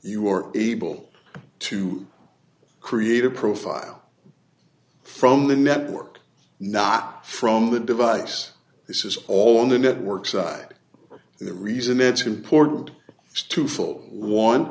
you were able to create a profile from the network not from the device this is all on the network side and the reason it's important is to fold one